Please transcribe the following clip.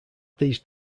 these